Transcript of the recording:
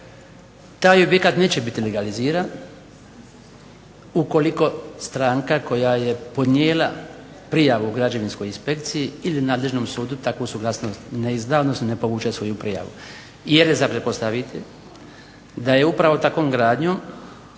taj objekat neće biti legaliziran ukoliko stranka koja je podnijela prijavu Građevinskoj inspekciji ili nadležnom sudu takvu suglasnost ne izda, odnosno ne povuče svoju prijavu jer je za pretpostaviti da je upravo takvom gradnjom